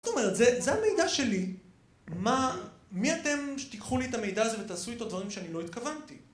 זאת אומרת, זו המידע שלי, מי אתם שתיקחו לי את המידע הזה ותעשו איתו דברים שאני לא התכוונתי.